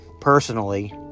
personally